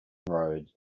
road